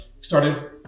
Started